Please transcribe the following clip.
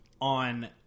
on